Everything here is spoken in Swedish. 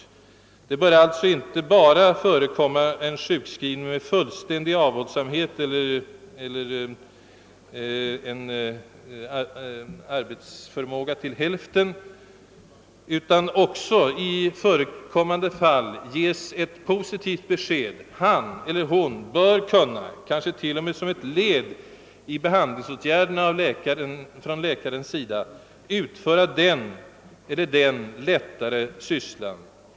Det bör alltså inte förekomma sjukskrivning med fullständig avhållsamhet från arbete eller med arbetsförmåga till hälften som regel utan också i förekommande fall ges ett positivt besked: han eller hon bör kunna — kanske t.o.m. som ett led i läkarens behandling — utföra den eller den lättare sysslan.